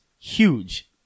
Huge